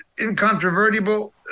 incontrovertible